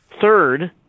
third